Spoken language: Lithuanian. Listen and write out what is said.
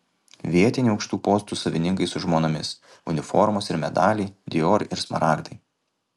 vietiniai aukštų postų savininkai su žmonomis uniformos ir medaliai dior ir smaragdai